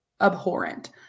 abhorrent